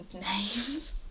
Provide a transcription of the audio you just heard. names